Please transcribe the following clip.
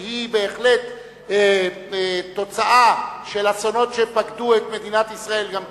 שהיא בהחלט תוצאה של אסונות שפקדו את מדינת ישראל גם כן,